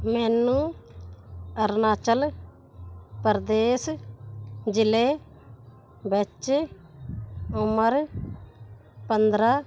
ਮੈਨੂੰ ਅਰੁਣਾਚਲ ਪ੍ਰਦੇਸ਼ ਜ਼ਿਲ੍ਹੇ ਵਿੱਚ ਉਮਰ ਪੰਦਰ੍ਹਾਂ